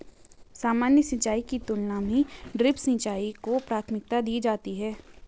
सामान्य सिंचाई की तुलना में ड्रिप सिंचाई को प्राथमिकता दी जाती है